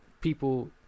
people